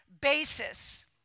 basis